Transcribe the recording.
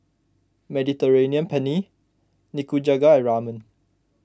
Mediterranean Penne Nikujaga and Ramen